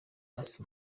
ace